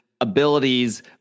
abilities